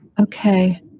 Okay